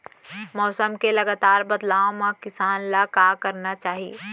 मौसम के लगातार बदलाव मा किसान ला का करना चाही?